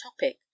topic